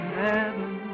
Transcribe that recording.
heaven